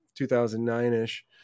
2009-ish